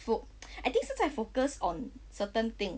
foc~ I think 是在 focus on certain thing